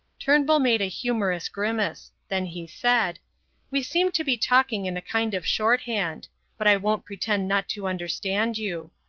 turnbull made a humorous grimace then he said we seem to be talking in a kind of shorthand but i won't pretend not to understand you.